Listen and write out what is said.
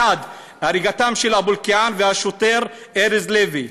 1. הריגתם של אבו אלקיעאן והשוטר ארז לוי,